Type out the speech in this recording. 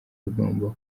rugomba